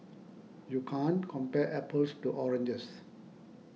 you can't compare apples to oranges